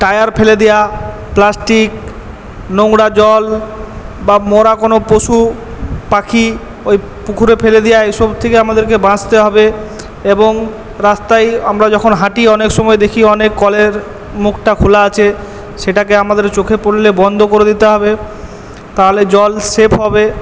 tyre ফেলে দেয়া plastic নোংরা জল বা মরা কোনো পশু পাখি ওই পুকুরে ফেলে দেওয়া এসব থেকে আমাদেরকে বাঁচতে হবে এবং রাস্তায় আমরা যখন হাঁটি অনেক সময় দেখি অনেক কলের মুখটা খোলা আছে সেটাকে আমাদের চোখে পড়লে বন্ধ করে দিতে হবে তাহলে জল সেফ হবে